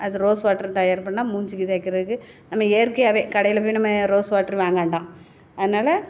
அது rose water தயார் பண்ணால் மூஞ்சுக்கு தேய்கிறதுக்கு நம்ம இயற்கையாகவே கடையில் போய் நம்ம ரோஸ் வாட்ரு வாங்க வேண்டாம் அதனால